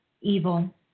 evil